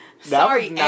Sorry